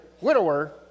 widower